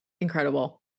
incredible